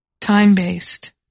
time-based